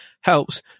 helps